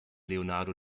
leonardo